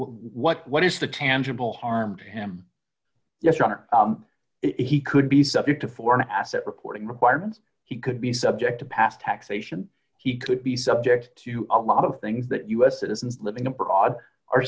what what is the tangible harm to him yes your honor if he could be subject to foreign asset reporting requirements he could be subject to past taxation he could be subject to a lot of things that u s citizens living abroad